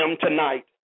tonight